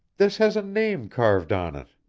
this has a name carved on it!